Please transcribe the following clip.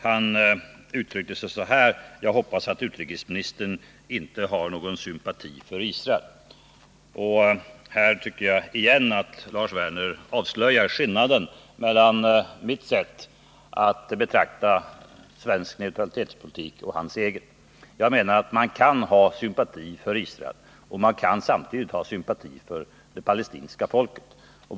Han uttryckte sig så här: Jag hoppas att utrikesministern inte har någon sympati för Israel. Här tycker jag att Lars Werner avslöjar skillnaden mellan mitt sätt att betrakta svensk neutralitetspolitik och hans eget. Jag menar att man kan ha sympati för Israel och samtidigt ha sympati för det palestinska folket.